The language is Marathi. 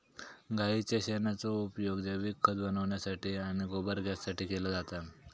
गाईच्या शेणाचो उपयोग जैविक खत बनवण्यासाठी आणि गोबर गॅससाठी केलो जाता